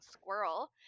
Squirrel